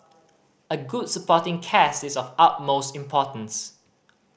a good supporting cast is of utmost importance